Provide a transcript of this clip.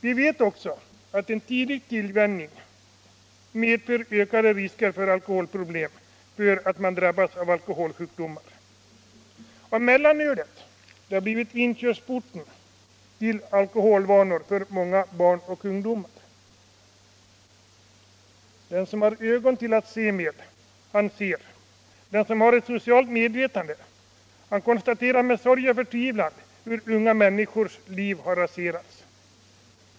Vi vet också att en tidig tillvänjning medför ökade risker för alkoholproblem och alkoholsjukdomar. Mellanölet har blivit inkörsporten till alkoholvanor för många barn och ungdomar. Den som har ögon till att se med, som har ett social medvetande, konstaterar med sorg och förtvivlan hur unga människors liv raserats.